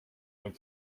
going